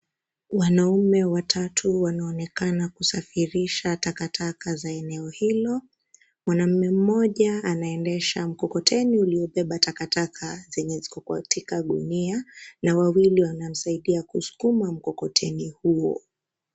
Wanaume watatu wanaonekana kusafirisha takataka za eneo hilo. Mwanaume mmoja anaendesha mkokoteni uliobeba takataka zenye ziko katika gunia, na wawili wanamsaidia kusukuma mkokoteni huo.